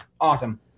Awesome